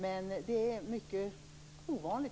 Men det är faktiskt mycket ovanligt.